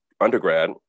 undergrad